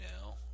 now